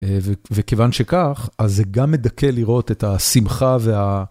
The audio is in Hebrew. וכיוון שכך, אז זה גם מדכא לראות את השמחה וה...